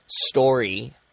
story